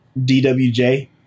DWJ